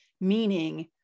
meaning